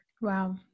Wow